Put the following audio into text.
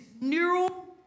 neural